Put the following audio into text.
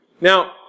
Now